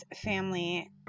family